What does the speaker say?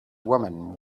woman